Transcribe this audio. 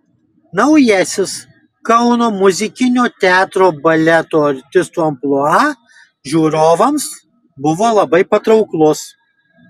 naujasis kauno muzikinio teatro baleto artistų amplua žiūrovams buvo labai patrauklus